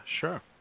sure